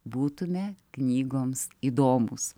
būtume knygoms įdomūs